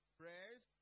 prayers